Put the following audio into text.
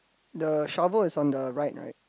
the shovel is on the right right